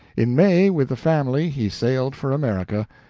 in may, with the family, he sailed for america,